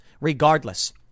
Regardless